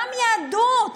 גם יהדות